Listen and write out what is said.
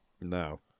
No